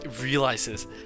realizes